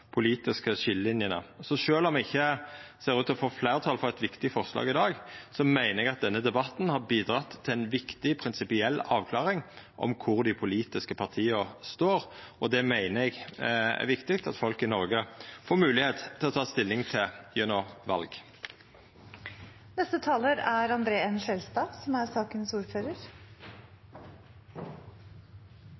politiske skiljelinjene. Sjølv om me ikkje ser ut til å få fleirtal for eit viktig forslag i dag, meiner eg at denne debatten har bidrege til ei viktig prinsipiell avklaring av kvar dei politiske partia står. Og det meiner eg er viktig at folk i Noreg får moglegheit til å ta stilling til gjennom